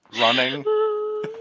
running